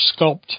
sculpt